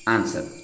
Answer